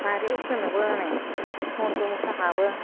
बारिआव फोबाबोना हनै मोसौ मोसा हाबो